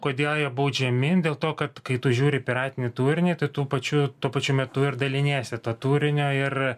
kodėl jie baudžiami dėl to kad kai tu žiūri piratinį turinį tai tu pačiu tuo pačiu metu ir daliniesi tuo turiniu ir